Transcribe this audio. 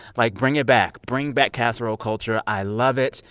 like, bring it back. bring back casserole culture. i love it.